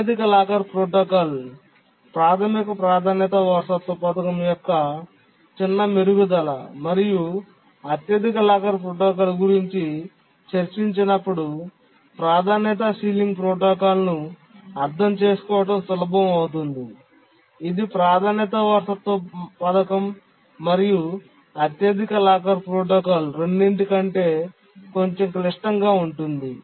అత్యధిక locker protocol ప్రాథమిక ప్రాధాన్యత వారసత్వ పథకం యొక్క చిన్న మెరుగుదల మరియు అత్యధిక లాకర్ ప్రోటోకాల్ గురించి చర్చించినప్పుడు ప్రాధాన్యత సీలింగ్ ప్రోటోకాల్ను అర్థం చేసుకోవడం సులభం అవుతుంది ఇది ప్రాధాన్యత వారసత్వ పథకం మరియు అత్యధిక లాకర్ ప్రోటోకాల్ రెండింటి కంటే కొంచెం క్లిష్టంగా ఉంటుంది